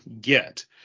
get